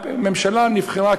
ממשלה נבחרה,